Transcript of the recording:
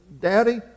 Daddy